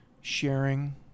sharing